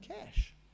cash